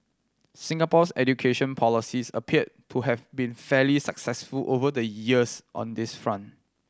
Singapore's education policies appear to have been fairly successful over the years on this front